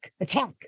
attack